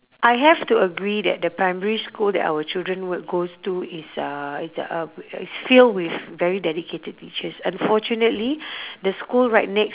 I have to agree that the primary school that our children would goes to is uh is uh it's filled with very dedicated teachers unfortunately the school right next